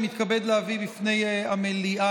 אני מתכבד להביא בפני המליאה,